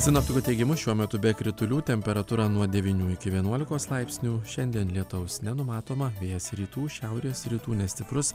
sinoptikų teigimu šiuo metu be kritulių temperatūra nuo devynių iki vienuolikos laipsnių šiandien lietaus nenumatoma vėjas rytų šiaurės rytų nestiprus